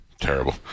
terrible